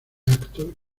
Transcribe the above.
acto